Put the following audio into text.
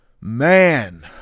man